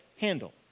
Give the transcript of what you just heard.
handle